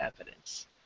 evidence